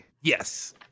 yes